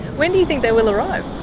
when do you think they will arrive?